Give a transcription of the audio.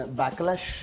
backlash